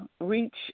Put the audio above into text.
reach